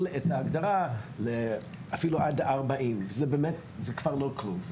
את ההגדרה אפילו עד 40. זה כבר לא כלום,